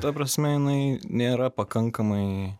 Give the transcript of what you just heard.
ta prasme jinai nėra pakankamai